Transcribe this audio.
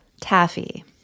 Taffy